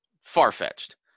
far-fetched